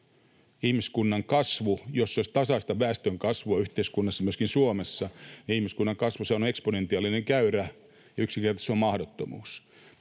Ihmiskunnan kasvu, jos olisi tasaista väestönkasvua yhteiskunnassa, myöskin Suomessa, olisi eksponentiaalinen käyrä. Se on yksinkertaisesti mahdottomuus.